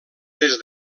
des